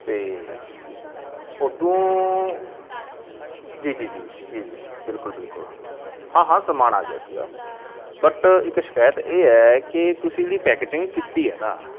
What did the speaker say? ਅਤੇ ਉੱਦੋਂ ਜੀ ਜੀ ਜੀ ਜੀ ਜੀ ਬਿਲਕੁਲ ਬਿਲਕੁਲ ਹਾਂ ਹਾਂ ਸਮਾਨ ਆ ਗਿਆ ਸੀਗਾ ਬਟ ਇੱਕ ਸ਼ਿਕਾਇਤ ਇਹ ਹੈ ਕਿ ਤੁਸੀਂ ਜਿਹੜੀ ਪੈਕਜਿੰਗ ਕੀਤੀ ਹੈ ਨਾ